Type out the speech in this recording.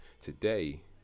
today